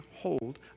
hold